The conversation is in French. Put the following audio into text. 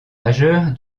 majeurs